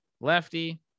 lefty